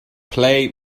play